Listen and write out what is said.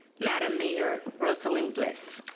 madam mayor rosalynn bliss.